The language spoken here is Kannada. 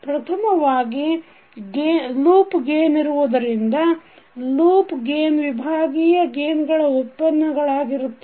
ಪ್ರಥಮವಾಗಿ ಲೂಪ್ ಗೇನ್ ಇರುವುದರಿಂದ ಲೂಪ್ ಗೇನ್ ವಿಭಾಗೀಯ ಗೇನ್ ಗಳ ಉತ್ಪನ್ನಗಳಾಗಿರುತ್ತದೆ